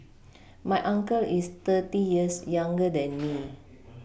my uncle is thirty years younger than me